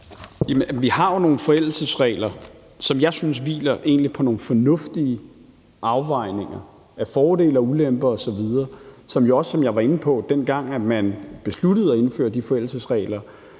vi har jo nogle forældelsesregler, som jeg egentlig synes hviler på nogle fornuftige afvejninger af fordele og ulemper osv. Som jeg også var inde på, blev grænsen, dengang man besluttede at indføre de forældelsesregler,